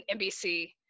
NBC